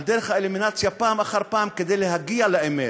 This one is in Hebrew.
על דרך האלימינציה פעם אחר פעם כדי להגיע לאמת,